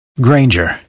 Granger